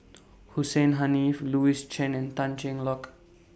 Hussein Haniff Louis Chen and Tan Cheng Lock